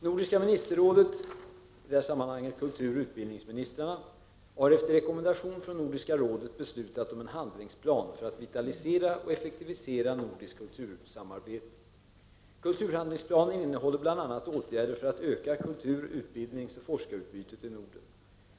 Nordiska ministerrådet, i detta sammanhang kulturoch utbildningsministrarna, har efter rekommendation från Nordiska rådet beslutat om en handlingsplan för att vitalisera och effektivisera det nordiska kultursamarbetet. Kulturhandlingsplanen innehåller bl.a. åtgärder för att öka kultur-, utbildnings och forskarutbytet i Norden.